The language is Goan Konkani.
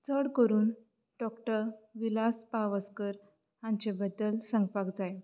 चड करून डॉक्टर विलास पावसकर हांचे बद्दल सांगपाक जाय